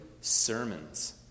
sermons